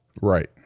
right